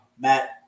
Matt